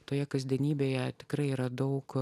toje kasdienybėje tikrai yra daug